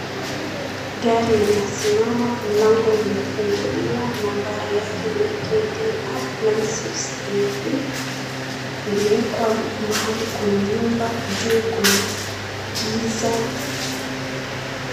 Gari inasimama mlango imefunguliwa. Nambari yake ni KDR 963V . Imeekwa mahali kuna nyumba juu kuna giza.